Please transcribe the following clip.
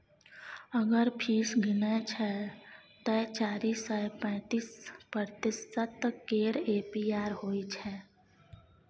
अगर फीस गिनय छै तए चारि सय पैंतीस प्रतिशत केर ए.पी.आर होइ छै